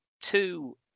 two